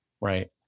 Right